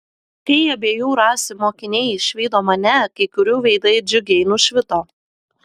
kai abiejų rasių mokiniai išvydo mane kai kurių veidai džiugiai nušvito